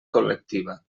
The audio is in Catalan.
col·lectiva